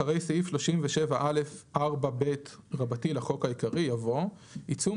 אחרי סעיף 37א4ב לחוק העיקרי יבוא: "עיצום